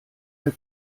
der